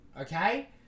okay